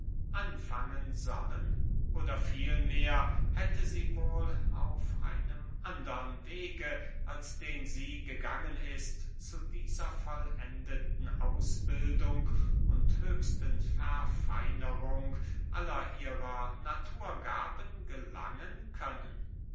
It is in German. anfangen sollen oder vielmehr hätte sie wohl auf einem andern wege als den sie gegangen ist zu dieser vollendeten ausbildung und höchsten verfeinerung aller ihrer naturgaben gelangen können